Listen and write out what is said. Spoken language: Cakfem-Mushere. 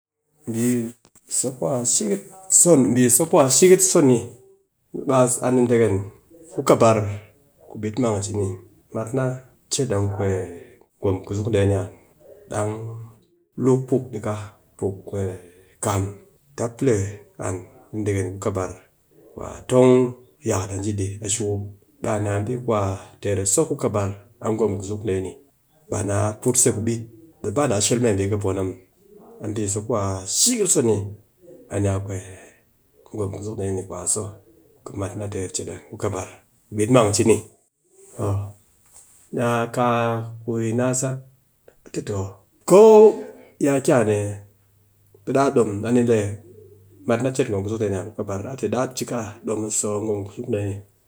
Mbi so ku a shiit, mbi so ku a shiit so ni, ɓe a nedeken ku kɨbar ku ɓit mang cini, mat na cet a gwom kuzuk dee ni an, dang luk puk dika, puk kam, tap le an nedeken ku kɨbar, ku a tong a sukup, a ni a mbi ku a teer a so ku kɨbar, a gwom kuzuk dee ni, ba na put se ku bit ɓe ba na shel mee mbi kɨ poo na muw. A mbi so ku a shikit so ni a ni a gwom kuzue dee ni ku a so ku mat na teer chet an ku kɨbar. Bit mang cini ni a kaa ku yi na sat a te toh, ko yaa ki a ne ɓe ɗaa dom, a ni le mat na cet gwom kuzuk dee ni an ku kɨbar, pe ɗaa cika dom a gwom kuzuk dee ni